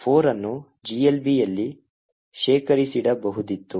4 ಅನ್ನು GLBಯಲ್ಲಿ ಶೇಖರಿಸಿಡಬಹುದಿತ್ತು